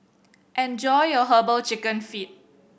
enjoy your Herbal Chicken Feet